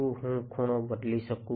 શું હું ખૂણો બદલી શકું